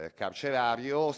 carcerario